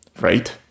right